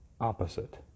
opposite